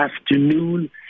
afternoon